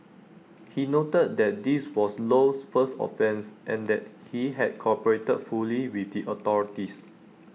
he noted that this was Low's first offence and that he had cooperated fully with the authorities